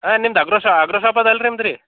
ಹಾಂ ನಿಮ್ದು ಅಗ್ರೋ ಶಾ ಅಗ್ರೋ ಶಾಪ್ ಅದಲ್ಲ ರೀ ನಿಮ್ದು ರೀ